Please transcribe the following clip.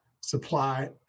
supply